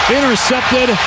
Intercepted